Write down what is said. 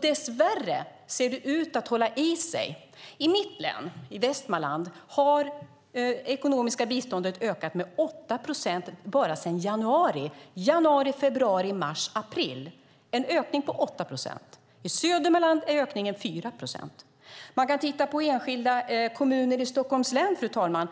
Dessvärre ser det ut att hålla i sig. I mitt hemlän, Västmanland, har det ekonomiska biståndet ökat med 8 procent bara sedan januari. Januari, februari, mars, april - en ökning på 8 procent. I Södermanland är ökningen 4 procent. Man kan titta på enskilda kommuner i Stockholms län, fru talman.